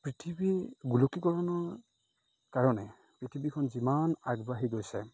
পৃথিৱীৰ গোলকীকৰণৰ কাৰণে পৃথিৱীখন যিমান আগবাঢ়ি গৈছে